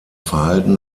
verhalten